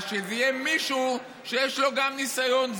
אז שזה יהיה מישהו שיש לו גם ניסיון.